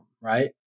right